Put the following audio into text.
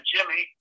Jimmy